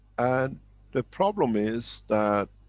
and the problem is that